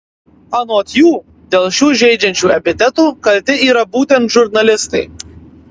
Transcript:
anot jų dėl šių žeidžiančių epitetų kalti yra būtent žurnalistai